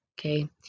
okay